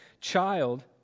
child